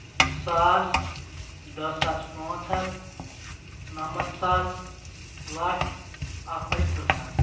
ساس دہ ساس پانٛژھ ہتھ نمتھ ساس لچھ اکھ لچھ تٕرٕٛہ ساس